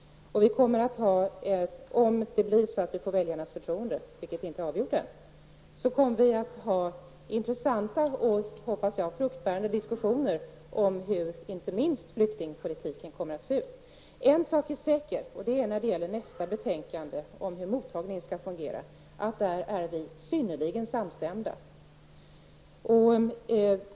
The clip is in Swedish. Om vi får väljarnas förtroende, vilket inte är avgjort än, kommer vi att ha intressanta och förhoppningsvis fruktbärande diskussioner om hur inte minst flyktingpolitiken kommer att se ut. En sak är säker: Vi är synnerligen samstämmiga när det gäller hur mottagningen skall fungera, en fråga som tas upp i nästa betänkande som vi behandlar i dag.